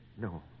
No